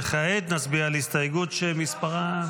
וכעת נצביע על הסתייגות שמספרה?